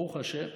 ברוך השם